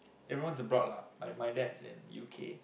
everyone's abroad lah my my dad's in U_K